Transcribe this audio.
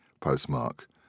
postmark